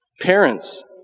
Parents